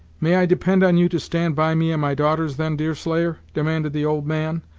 may i depend on you to stand by me and my daughters, then, deerslayer? demanded the old man,